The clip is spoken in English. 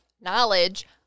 Knowledge